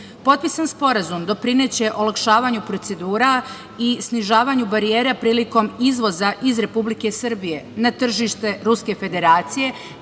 bilja. Potpisan Sporazum doprineće olakšavanju procedura i snižavanju barijere prilikom izvoza iz Republike Srbije na tržište Ruske Federacije,